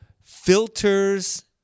filters